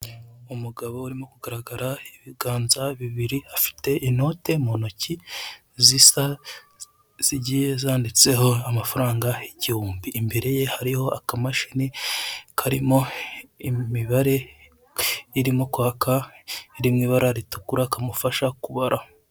Umugabo urimo kugaraga ibiganza bibiri afite inote muntoki zisa, zigiye zanditse amafaranga igihumbi. Imbere ye hariho akamashini karimo imibare irimo kwaka iri mw'ibara ritukura kamufasha kubara.